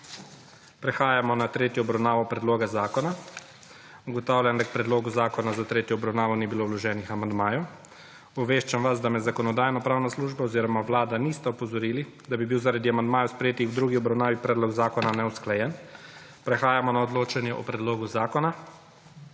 Prehajamo na **tretjo obravnavo** predloga zakona. Ugotavljam, da k predlogu zakona za tretjo obravnavo ni bilo vloženih amandmajev. Obveščam vas, da me Zakonodajno-pravna služba oziroma Vlada nista obvestili, da bi bil zaradi amandmajev, sprejetih v drugi obravnavi, predlog zakona neusklajen. Prehajamo na odločanje o predlogu zakona.